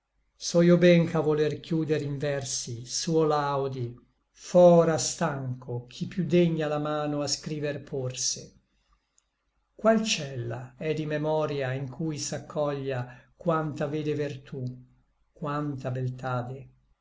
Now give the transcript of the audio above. ben ch'a voler chiuder in versi suo laudi fra stancho chi piú degna la mano a scriver porse qual cella è di memoria in cui s'accoglia quanta vede vertú quanta beltade